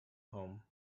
home